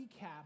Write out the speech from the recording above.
recap